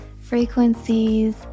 frequencies